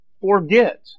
forget